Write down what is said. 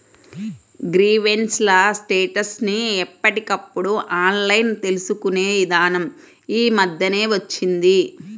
grievance ల status ని ఎప్పటికప్పుడు ఆన్లైన్ తెలుసుకునే ఇదానం యీ మద్దెనే వచ్చింది